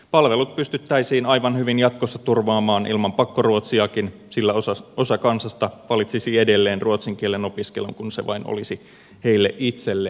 palvelut pystyttäisiin aivan hyvin jatkossa turvaamaan ilman pakkoruotsiakin sillä osa kansasta valitsisi edelleen ruotsin kielen opiskelun kun se vain olisi heille itselleen järkevää